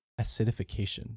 acidification